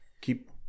keep